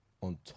On